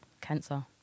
Cancer